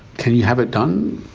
can you have it done?